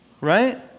right